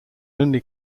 only